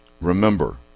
remember